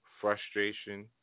frustration